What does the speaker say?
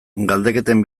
galdeketen